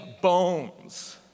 bones